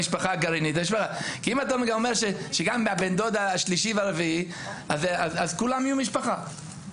שגם הבן דוד השלישי והרביעי, אז כולם יהיו משפחה.